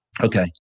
Okay